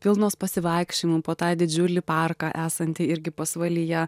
pilnos pasivaikščiojimų po tą didžiulį parką esantį irgi pasvalyje